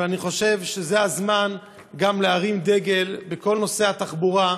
אבל אני חושב שזה הזמן גם להרים דגל בכל נושא התחבורה.